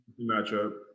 matchup